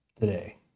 today